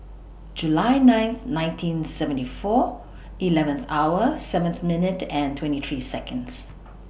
July ninth nineteen seventy four eleventh hour seventh minute and twenty three Seconds